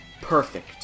perfect